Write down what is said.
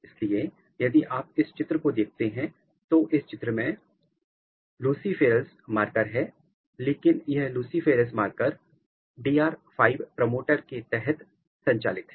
इसलिए यदि आप इस चित्र को देखते हैं तो इस चित्र में लूसिफ़ेरज़ मार्कर है लेकिन यह लूसिफ़ेरेज़ मार्कर DR 5 प्रमोटर के तहत संचालित है